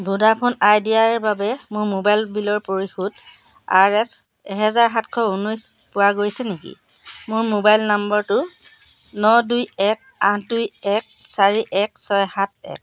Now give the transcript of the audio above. Vodafone আইডিয়াৰ বাবে মোৰ মোবাইল বিলৰ পৰিশোধ আৰ এছ এহেজাৰ সাতশ ঊনৈছ পোৱা গৈছে নেকি মোৰ মোবাইল নম্বৰটো ন দুই এক আঠ দুই এক চাৰি এক ছয় সাত এক